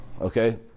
Okay